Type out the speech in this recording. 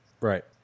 Right